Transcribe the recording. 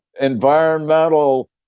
environmental